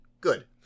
good